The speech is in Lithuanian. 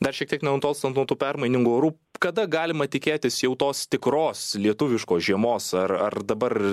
dar šiek tiek nenutolstant nuo tų permainingų orų kada galima tikėtis jau tos tikros lietuviškos žiemos ar ar dabar